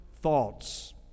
thoughts